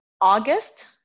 august